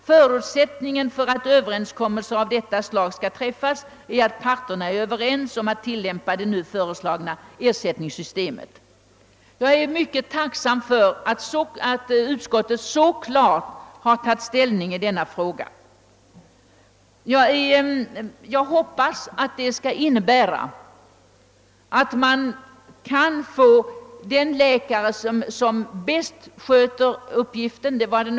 Förutsättningen för att överenskommelser av detta slag skall kunna träffas är dock att parterna är överens om att tillämpa det nu föreslagna ersättningssystemet ———.» Jag är mycket tacksam för att utskottet så klart har tagit ställning. Jag hoppas, att det skall innebära, att en patient kan få den läkare, som bäst sköter hans sjukdom.